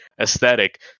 aesthetic